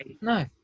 no